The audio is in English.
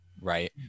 Right